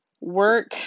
work